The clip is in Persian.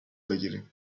بگیریم